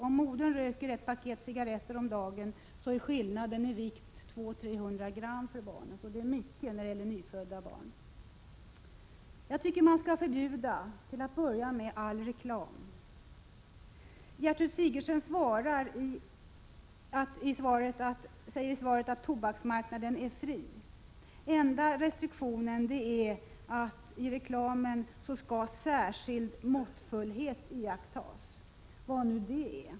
Om modern röker ett paket cigaretter om dagen är skillnaden i vikt 200-300 gram för barnet, och det är mycket när det gäller nyfödda barn. Förbjud till att börja med all reklam! Gertrud Sigurdsen svarar att tobaksmarknaden är fri. Enda restriktionen är att i reklamen skall ”särskild måttfullhet iakttas” — vad nu det är.